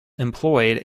employed